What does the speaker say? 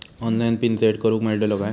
Online PIN set करूक मेलतलो काय?